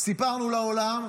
סיפרנו לעולם,